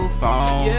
phone